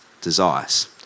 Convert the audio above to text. desires